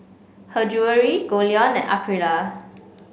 Her Jewellery Goldlion and Aprilia